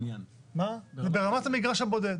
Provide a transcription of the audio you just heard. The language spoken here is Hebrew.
זה ברמת המגרש הבודד.